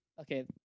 Okay